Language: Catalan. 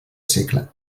segle